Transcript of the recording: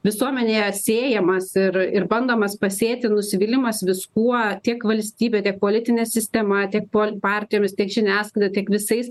visuomenėje sėjamas ir ir bandomas pasėti nusivylimas viskuo tiek valstybe tiek politine sistema tiek pol partijomis tiek žiniasklaida tiek visais